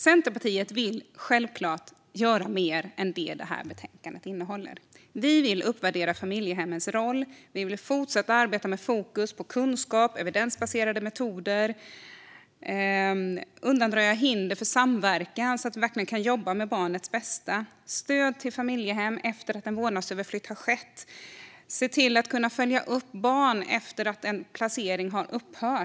Centerpartiet vill självklart göra mer än vad betänkandet innehåller. Vi vill uppvärdera familjehemmens roll. Vi vill fortsätta arbeta med fokus på kunskap och evidensbaserade metoder. Vi vill vidare undanröja hinder för samverkan så att man verkligen kan jobba med barnets bästa. Det behövs stöd till familjehem efter att en vårdnadsöverflyttning har skett. Man måste se till att kunna följa upp barn efter att en placering har upphört.